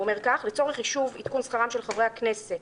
הוא אומר כך: "לצורך חישוב עדכון שכרם של חברי הכנסת